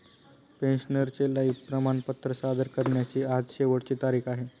पेन्शनरचे लाइफ प्रमाणपत्र सादर करण्याची आज शेवटची तारीख आहे